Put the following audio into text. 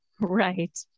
Right